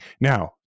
Now